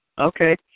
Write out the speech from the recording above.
Okay